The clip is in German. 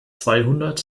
zweihundert